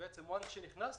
ברגע שנכנסת,